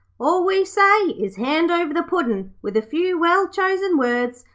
all we say is, hand over the puddin' with a few well-chosen words,